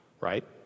right